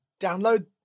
download